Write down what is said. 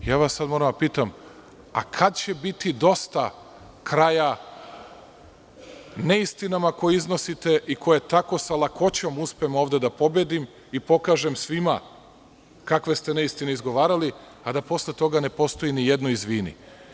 Moram sada da vas pitam – a kad će biti dosta kraja neistinama koje iznosite i koje tako sa lakoćom uspem ovde da pobedim i pokažem svima kakve ste neistine izgovarali a da posle toga ne postoji ni jedno –izvini?